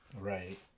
Right